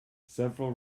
several